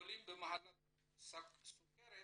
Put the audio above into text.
חולים במחלת הסוכרת